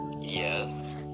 Yes